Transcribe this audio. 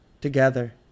together